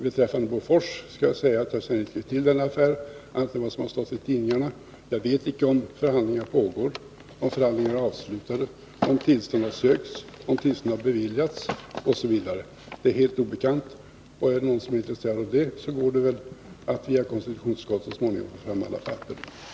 Beträffande Bofors skall jag säga att jag inte känner till den affären, annat än vad som har stått i tidningarna. Jag vet icke om förhandlingar pågår, om förhandlingar är avslutade, om tillstånd har sökts, om tillstånd har beviljats osv. Det är mig helt obekant, men är det någon som är intresserad av detta går det väl att via konstitutionsutskottet så småningom få fram alla papper.